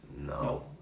No